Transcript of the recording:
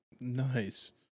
Nice